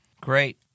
Great